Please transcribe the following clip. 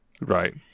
Right